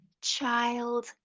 child